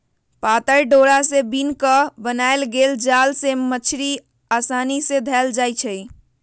पातर डोरा से बिन क बनाएल गेल जाल से मछड़ी असानी से धएल जाइ छै